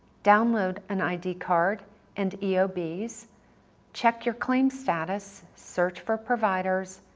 download an id card and eobs, check your claim status, search for providers,